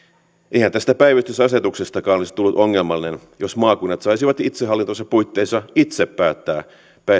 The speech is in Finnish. eihän tästä päivystysasetuksestakaan olisi tullut ongelmallinen jos maakunnat saisivat itsehallintonsa puitteissa itse päättää